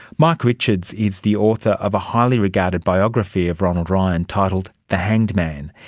mike richards is the author of a highly-regarded biography of ronald ryan titled the hanged man.